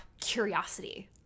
curiosity